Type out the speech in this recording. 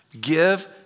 give